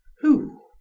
who?